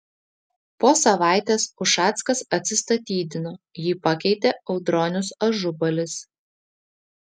po savaitės ušackas atsistatydino jį pakeitė audronius ažubalis